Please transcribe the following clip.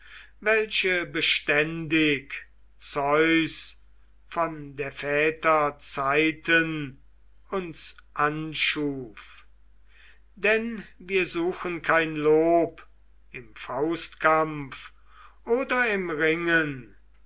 welche beständig zeus von der väter zeiten uns anschuf denn wir suchen kein lob im faustkampf oder im ringen